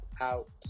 Out